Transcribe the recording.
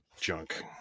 junk